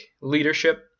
leadership